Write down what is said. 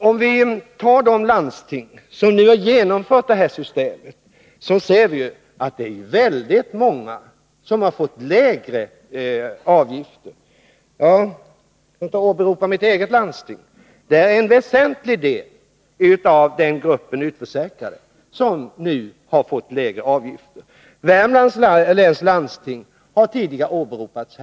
Om vi tar de landsting som nu har genomfört detta system ser vi att det är väldigt många som har fått lägre avgifter. Jag kan åberopa mitt eget landsting, där en väsentlig del av denna grupp utförsäkrade nu har fått lägre avgifter. Värmlands läns landsting har tidigare åberopats.